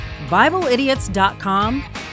BibleIdiots.com